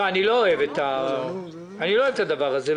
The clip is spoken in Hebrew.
אני לא אוהב את הדבר הזה.